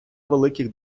великих